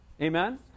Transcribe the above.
Amen